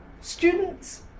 Students